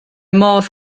modd